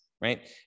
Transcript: right